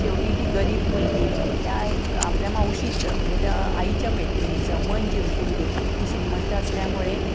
शेवटी ती गरीब मुलगी त्या आपल्या मावशीचं म्हणजे त्या आईच्या मैत्रिणीचं मन जिंकून घेते ती श्रीमंत असल्यामुळे